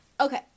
Okay